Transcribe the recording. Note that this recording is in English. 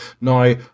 now